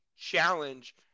challenge